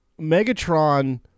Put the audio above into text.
Megatron